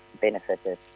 benefited